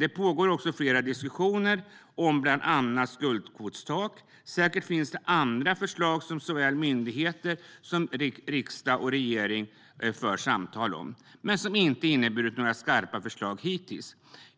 Det pågår också flera diskussioner, bland annat om skuldkvotstak. Det finns säkert andra förslag som såväl myndigheter som riksdag och regering för samtal om, men det har inte har inneburit några skarpa förslag hittills.